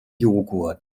jogurt